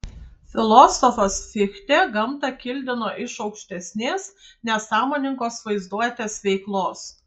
filosofas fichtė gamtą kildino iš aukštesnės nesąmoningos vaizduotės veiklos